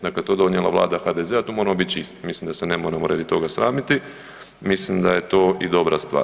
Dakle, to je donijela Vlada HDZ-a, to moramo biti čisto, mislim da se ne moramo radi toga sramiti, mislim da je to i dobra stvar.